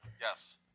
Yes